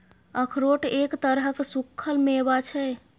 अखरोट एक तरहक सूक्खल मेवा छै